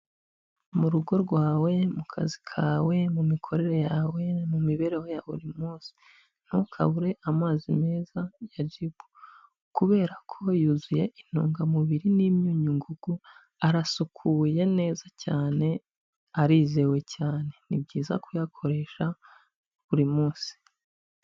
Umu rugo rwawe, mukazi kawe, mu mikorere yawe, mu mibereho ya buri munsi ntukabure amazi meza ya Jibu, kubera ko yuzuye intungamubiri n'imyunyungugu, arasukuye neza cyane, arizewe cyane n'ibyiza kuyakoresha buri munsi.